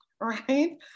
right